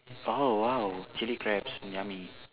oh !wow! chili crabs yummy